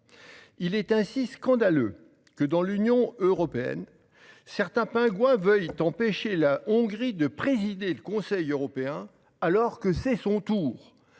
Il est ainsi scandaleux que, au sein de l'Union européenne, quelques pingouins veuillent empêcher la Hongrie de présider le Conseil européen, alors que c'est son tour